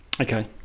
Okay